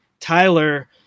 Tyler